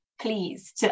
please